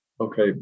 Okay